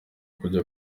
kujya